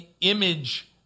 image